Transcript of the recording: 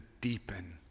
deepen